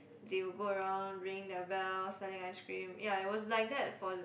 they will go around ringing their bells selling ice cream ya it was like that for